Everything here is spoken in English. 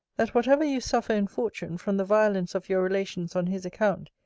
that whatever you suffer in fortune from the violence of your relations on his account,